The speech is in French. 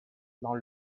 dans